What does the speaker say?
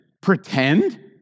pretend